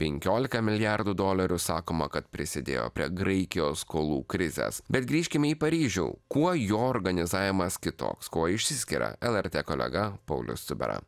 penkioliką milijardų dolerių sakoma kad prisidėjo prie graikijos skolų krizės bet grįžkime į paryžių kuo jo organizavimas kitoks kuo išsiskiria lrt kolega paulius cubera